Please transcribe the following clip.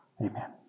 Amen